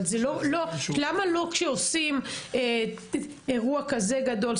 אבל למה לא כשעושים אירוע כזה גדול,